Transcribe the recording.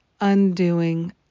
Undoing